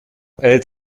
elle